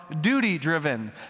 duty-driven